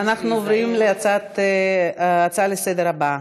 אנחנו עוברים להצעות לסדר-היום הבאות: